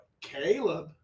Caleb